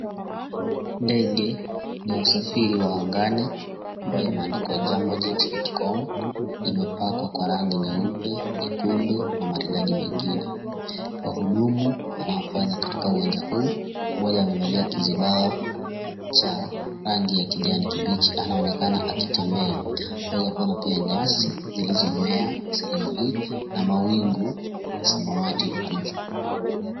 Ndege ya usafiri wa angani, ambayo imeandikwa Jambojet.com, imepakwa kwa rangi nyeupe, nyekundu na maridadi mengine. Wahudumu wanaofanya katika uwanja huu, mmoja amevalia kizibao cha rangi ya kijani kibichi, anaonekana akitembea. Twaweza kuona pia nyasi zilizomea sehemu hii na mawingu ya samawati huko juu.